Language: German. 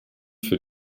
für